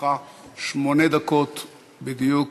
לרשותך שמונה דקות בדיוק,